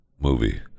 movie